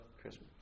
christmas